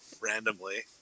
Randomly